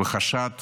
וחשד